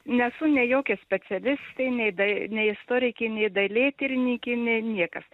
nesu nei jokia specialistė nei dai nei istorikė nei dailėtyrinykė nei niekas